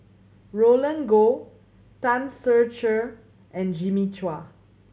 Roland Goh Tan Ser Cher and Jimmy Chua